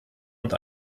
und